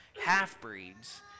half-breeds